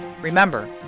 Remember